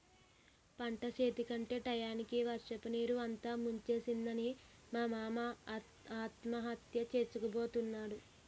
పంటచేతికందే టయానికి వర్షపునీరు అంతా ముంచేసిందని మా మామ ఆత్మహత్య సేసుకోబోయాడు